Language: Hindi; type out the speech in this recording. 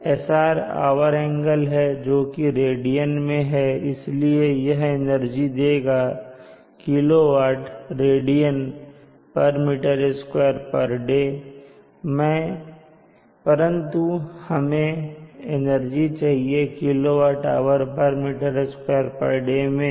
SR आवर एंगल है जोकि रेडियन में है इसलिए यह एनर्जी देगा kWradm2 day मैं परंतु हमें एनर्जी चाहिए kWhm2 day मैं